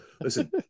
listen